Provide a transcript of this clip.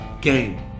game